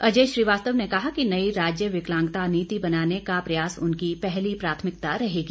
अजय श्रीवास्तव ने कहा कि नई राज्य विकलांगता नीति बनाने का प्रयास उनकी पहली प्राथमिकता रहेगी